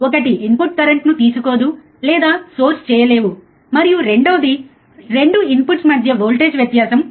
ఒకటి ఇన్పుట్స్ కరెంట్ను తీసుకోదు లేదా సోర్స్ చేయలేవు మరియు రెండవది 2 ఇన్పుట్ మధ్య వోల్టేజ్ వ్యత్యాసం 0